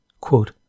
Quote